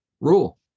rule